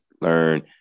Learn